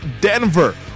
Denver